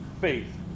faith